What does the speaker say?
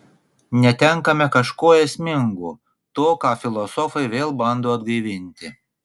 netenkame kažko esmingo to ką filosofai vėl bando atgaivinti